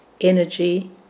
energy